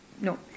no